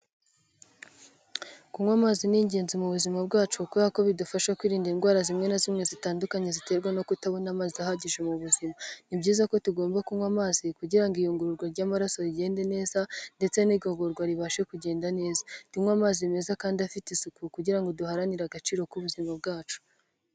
Kunywa amazi ni ingenzi mu buzima bwacu kubera ko bidufasha kwirinda indwara zimwe na zimwe zitandukanye ziterwa no kutabona amazi ahagije mu buzima. Ni byiza ko tugomba kunywa amazi, kugira ngo iyungururwa ry'amaraso rigende neza ndetse n'igogorwa ribashe kugenda neza. Tunywe amazi meza kandi afite isuku kugira ngo duharanire agaciro k'ubuzima bwacu.